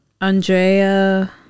Andrea